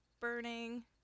burning